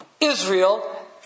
Israel